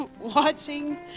watching